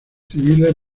civiles